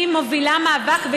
היא מובילה מאבק,